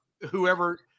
whoever